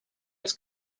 els